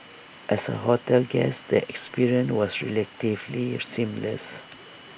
as A hotel guest the experience was relatively seamless